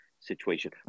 situation